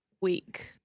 week